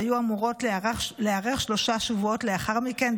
שהיו אמורות להיערך שלושה שבועות לאחר מכן,